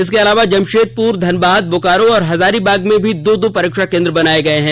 इसके अलावा जमषेदपुर धनबाद बोकारो और हजारीबाग में भी दो दो परीक्षा केंद्र बनाये गये हैं